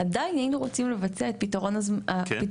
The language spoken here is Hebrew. אז עדיין היינן רוצים לבצע את הפתרון הזמני,